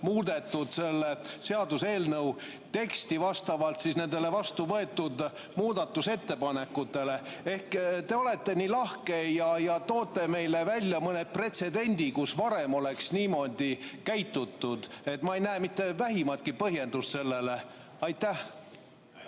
muudetud selle seaduseelnõu teksti vastavalt vastu võetud muudatusettepanekutele. Ehk te olete nii lahke ja toote meile välja pretsedendi, kus varem oleks niimoodi käitutud. Ma ei näe mitte vähimatki põhjendust sellele. Aitäh,